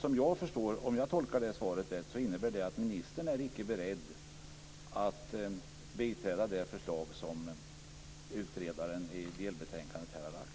Om jag tolkar svaret rätt innebär det att ministern icke är beredd att biträda det förslag som utredaren i delbetänkandet har lagt fram.